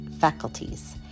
faculties